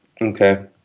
Okay